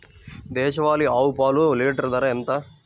దేశవాలీ ఆవు పాలు లీటరు ధర ఎంత?